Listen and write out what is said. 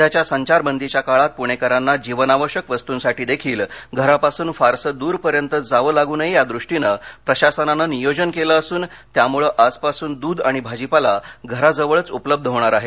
सध्याच्या संचारबंदीच्या काळात पुणेकरांना जीवनावश्यक वस्तूंसाठी देखील घरापासून फारसे द्रपर्यंत जावं लागू नये यादृष्टीनं प्रशासनानं नियोजन केलं असून त्यामुळं आजपासून दूध आणि भाजीपाला घराजवळच उपलब्ध होणार आहे